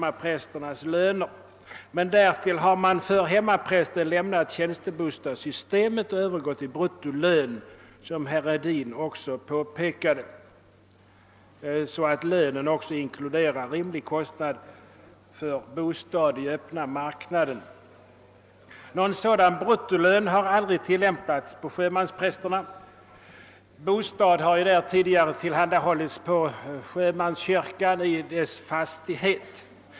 Därtill har man, som herr Hedin också påpekade, beträffande hemmaprästen lämnat tjänstebostadssystemet och övergått till bruttolön, så att lönen också inkluderar rimlig kostnad för bostad i den öppna marknaden. Någon sådan bruttolön har aldrig tilllämpats för sjömansprästerna. Bostäder har ju tidigare tillhandahållits i sjömanskyrkornas fastigheter.